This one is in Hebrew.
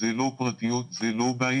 זה לא פרטיות, זה לא בית.